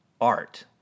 art